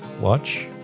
watch